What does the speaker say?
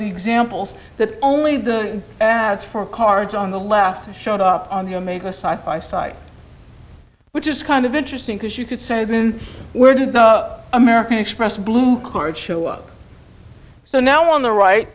y examples that only the ants for cards on the left showed up you make a side by side which is kind of interesting because you could say then where did the american express blue cards show up so now on the right